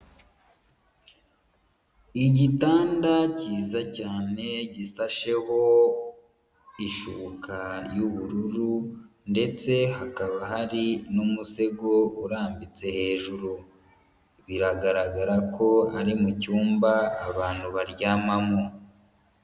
Igitanda cyiza cyane gisasheho ishuka y'ubururu ndetse hakaba hari n'umusego urambitse hejuru, biragaragara ko ari mu cyumba abantu baryamamo.